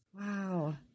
Wow